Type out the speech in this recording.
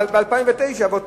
ב-2009 אותו